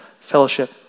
fellowship